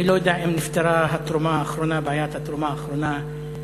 אני לא יודע אם נפתרה בעיית התרומה האחרונה למרכז.